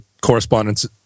correspondence